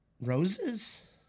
roses